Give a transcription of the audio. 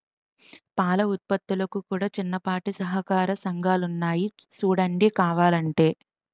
పాల ఉత్పత్తులకు కూడా చిన్నపాటి సహకార సంఘాలున్నాయి సూడండి కావలంటే